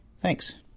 Thanks